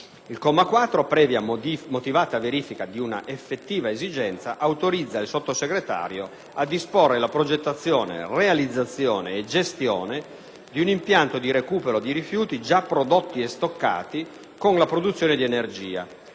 Il comma 4, previa motivata verifica di un'effettiva esigenza, autorizza il Sottosegretario di Stato a disporre la progettazione, realizzazione e gestione di un impianto di recupero dei rifiuti già prodotti e stoccati per la produzione di energia